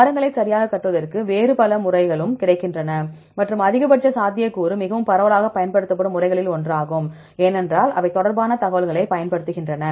மரங்களை சரியாகக் கட்டுவதற்கு வேறு பல முறைகளும் கிடைக்கின்றன மற்றும் அதிகபட்ச சாத்தியக்கூறு முறை மிகவும் பரவலாகப் பயன்படுத்தப்படும் முறைகளில் ஒன்றாகும் ஏனென்றால் அவை தொடர்பான தகவல்களைப் பயன்படுத்துகின்றன